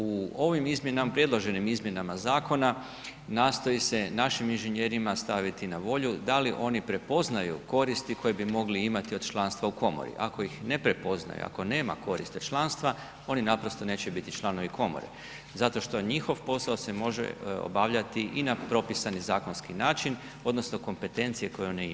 U ovim predloženim izmjenama zakona nastoji se našim inženjerima staviti na volju da li oni prepoznaju koristi koje bi mogli imati od članstva u komori, ako ih ne prepoznaju, ako nema koristi od članstva oni naprosto neće biti članovi komore zato što njihov posao se može obavljati i na propisani zakonski način odnosno kompetencije koje oni imaju.